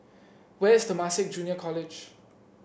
where is Temasek Junior College